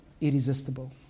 irresistible